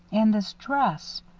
and this dress.